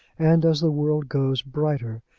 and, as the world goes, brighter,